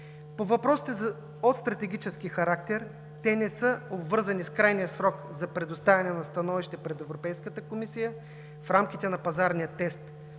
По въпросите от стратегически характер, те не са обвързани с крайния срок за предоставяне на становище пред Европейската комисия. В рамките на пазарния тест